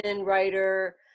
writer